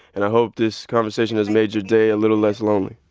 and i hope this conversation has made your day a little less lonely